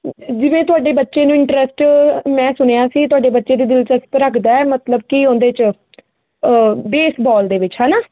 ਜਿਵੇਂ ਤੁਹਾਡੇ ਬੱਚੇ ਨੂੰ ਇੰਟਰਸਟ ਮੈਂ ਸੁਣਿਆ ਸੀ ਤੁਹਾਡੇ ਬੱਚੇ ਦੇ ਦਿਲਚਸਪ ਰੱਖਦਾ ਮਤਲਬ ਕੀ ਉਹਦੇ ਚ ਬੇਸਬਾਲ ਦੇ ਵਿੱਚ ਹਨਾ